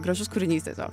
gražus kūrinys tiesiog